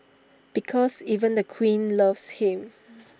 because even the queen loves him